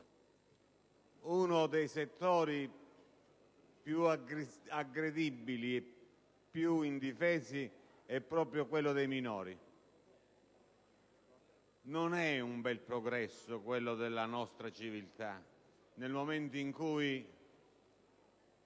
Uno dei settori più aggredibili e più indifesi è proprio quello dei minori. Non è un bel progresso quello della nostra civiltà nel momento in cui